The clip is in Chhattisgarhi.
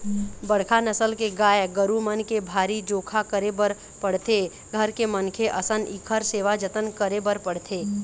बड़का नसल के गाय गरू मन के भारी जोखा करे बर पड़थे, घर के मनखे असन इखर सेवा जतन करे बर पड़थे